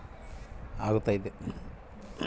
Mobile ಮತ್ತು ಅಂತರ್ಜಾಲ ಕೃಷಿ ಕ್ಷೇತ್ರಕ್ಕೆ ಸಹಕಾರಿ ಆಗ್ತೈತಾ?